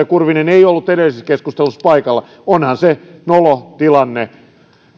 kurvinen ei ollut edellisessä keskustelussa paikalla onhan se nolo tilanne